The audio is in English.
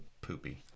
poopy